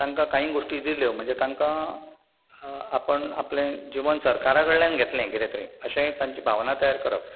तांकां कांय गोश्टी दिल्यो म्हणजे तांकां आपण आपलें जीवन सरकारा कडल्यान घेतलें कितें तरी अशें तांची भावना तयार करप